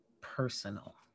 personal